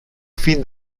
fin